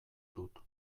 dut